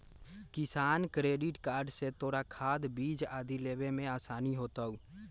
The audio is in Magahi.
किसान क्रेडिट कार्ड से तोरा खाद, बीज आदि लेवे में आसानी होतउ